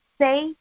say